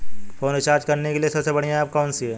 Phone recharge करने के लिए सबसे बढ़िया ऐप कौन सी है?